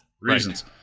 reasons